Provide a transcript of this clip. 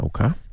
Okay